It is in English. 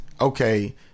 Okay